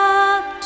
up